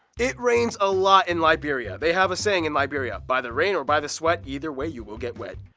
it rains a lot in liberia. they have a saying in liberia by the rain or by the sweat, either way you will get wet.